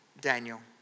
Daniel